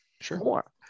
Sure